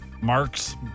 Marks